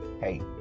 Hey